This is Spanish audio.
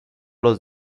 los